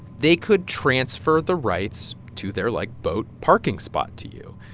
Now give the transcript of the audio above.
they could transfer the rights to their, like, boat parking spot to you.